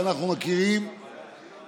שאנחנו מקריאים,